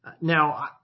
Now